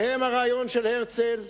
שהם הרעיון של הרצל,